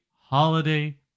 holiday